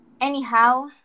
Anyhow